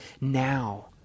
now